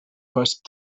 first